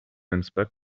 inspect